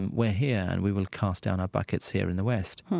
and we're here and we will cast down our buckets here in the west